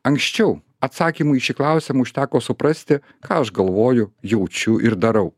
anksčiau atsakymų į šį klausimą užteko suprasti ką aš galvoju jaučiu ir darau